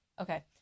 okay